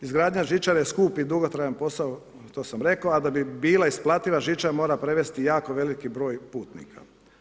Izgradnja žičare je skup i dugotrajan posao, to sam rekao, a da bi bila isplativa žičara mora prevesti jako veliki broj putnika.